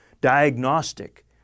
diagnostic